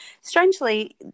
strangely